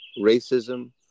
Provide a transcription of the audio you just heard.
racism